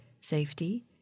safety